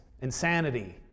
insanity